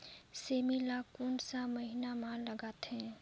सेमी ला कोन सा महीन मां लगथे?